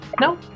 No